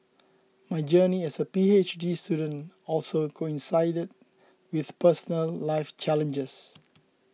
my journey as a P H D student also coincided with personal life challenges